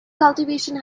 cultivation